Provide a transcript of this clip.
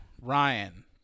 Ryan